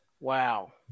Wow